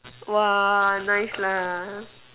!wah! nice lah